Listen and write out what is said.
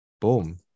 boom